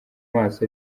maso